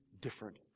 different